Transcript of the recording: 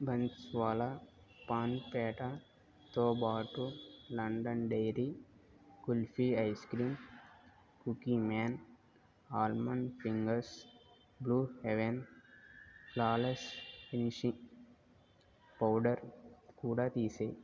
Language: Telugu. బన్సీవాలా పాన్ పేఠాతో పాటు London dairy kulfi ice cream cookie man almond fingers blue heaven flawless finishing powder కూడా తీసేయి